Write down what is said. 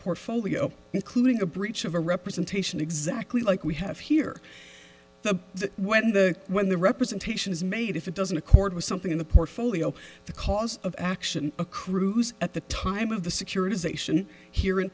portfolio including a breach of a representation exactly like we have here when the when the representation is made if it doesn't accord with something in the portfolio the cause of action a cruise at the time of the securitization here in